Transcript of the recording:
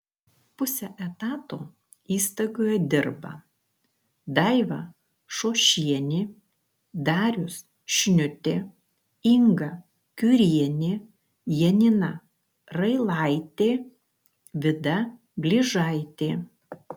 puse etato įstaigoje dirba daiva šošienė darius šniutė inga kiurienė janina railaitė vida blyžaitė